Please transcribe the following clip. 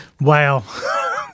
Wow